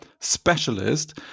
specialist